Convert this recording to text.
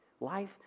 Life